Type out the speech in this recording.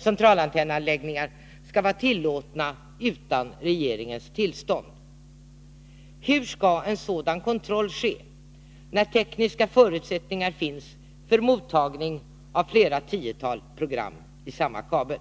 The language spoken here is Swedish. centralantennanläggningar skall vara tillåtna utan regeringens tillstånd. Hur skall en sådan kontroll ske, när tekniska förutsättningar finns för mottagning av flera tiotal program i samma kabel?